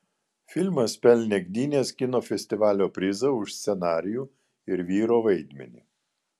filmas pelnė gdynės kino festivalio prizą už scenarijų ir vyro vaidmenį